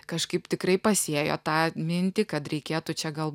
kažkaip tikrai pasėjo tą mintį kad reikėtų čia gal